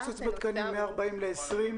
קיצוץ בתקנים מ-40 ל-20,